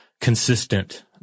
Consistent